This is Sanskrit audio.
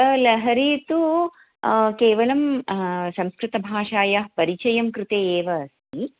लहरी तु केवलं संस्कृतभाषायाः परिचयं कृते एव अस्ति